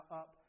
up